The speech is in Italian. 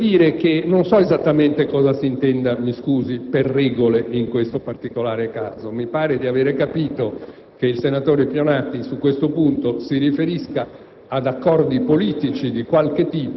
Si è parlato di rispetto, o mancato rispetto, delle regole e il senatore Pionati si è lungamente intrattenuto su questo tema.